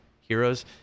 heroes